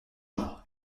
chambre